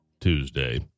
Tuesday